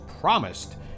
promised